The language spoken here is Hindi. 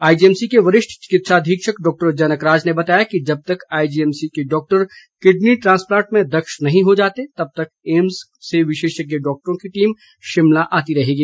आईजीएमसी के वरिष्ठ चिकित्सा अधीक्षक डॉक्टर जनक राज ने बताया कि जब तक आईजीएमसी के डॉक्टर किडनी ट्रांसप्लांट में दक्ष नहीं हो जाते तब तक एम्स से विशेषज्ञ डॉक्टरों की टीम शिमला आती रहेगी